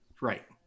Right